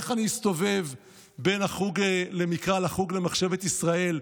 איך אני אסתובב בין החוג למקרא לחוג למחשבת ישראל,